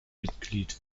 mitglied